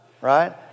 Right